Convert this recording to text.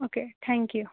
okay thank you